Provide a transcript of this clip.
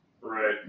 right